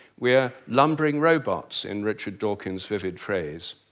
we are lumbering robots, in richard dawkins' vivid phrase.